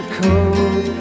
cold